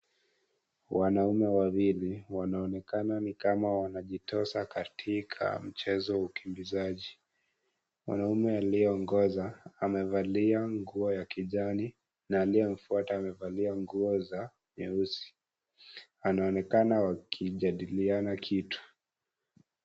Wanaume wawili, wanaonekana ni kama wanajitosa katika mchezo wa ukimbizaji. Mwanaume aliyeongoza, amevalia nguo ya kijani na aliyemfuata amevalia nguo za nyeusi. Anaonekana wakijadiliana kitu.